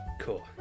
Cool